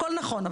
הכול נכון,